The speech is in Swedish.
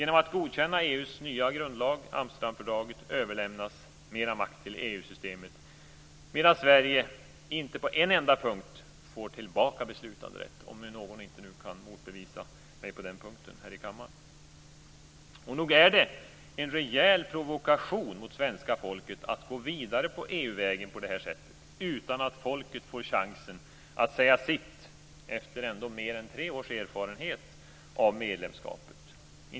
Genom att godkänna EU:s nya grundlag Amsterdamfördraget överlämnas mera makt till EU-systemet, medan Sverige inte på en enda punkt får tillbaka beslutanderätt - om nu någon inte kan motbevisa mig på den punkten här i kammaren. Nog är det en rejäl provokation mot svenska folket att gå vidare på EU-vägen på detta sätt, utan att folket får chansen att säga sitt efter mer än tre års erfarenhet av medlemskapet.